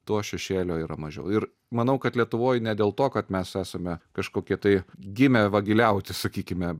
tuo šešėlio yra mažiau ir manau kad lietuvoj ne dėl to kad mes esame kažkokie tai gimę vagiliauti sakykime